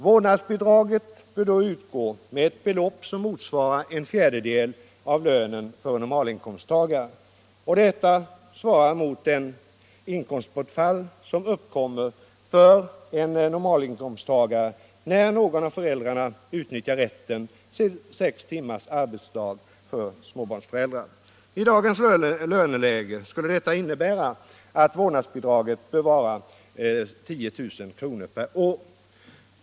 Vårdnadsbidraget bör utgå med ett belopp som motsvarar en fjärdedel av lönen för en normalinkomsttagare. Detta svarar mot det inkomstbortfall som uppkommer för en normalinkomsttagare när någon av föräldrarna utnyttjar rätten till sex timmars arbetsdag för småbarnsföräldrar. I dagens löneläge skulle detta innebära att vårdnadsbidraget bör vara 10 000 kr. per år.